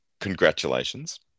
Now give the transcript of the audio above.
Congratulations